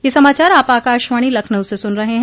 ब्रे क यह समाचार आप आकाशवाणी लखनऊ से सुन रहे हैं